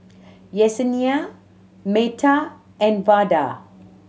Yessenia Metha and Vada